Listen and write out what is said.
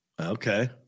Okay